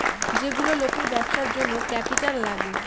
যেগুলো লোকের ব্যবসার জন্য ক্যাপিটাল লাগে